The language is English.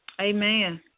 Amen